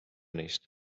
neist